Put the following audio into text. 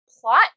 plot